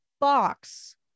box